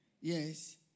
yes